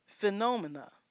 phenomena